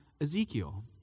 Ezekiel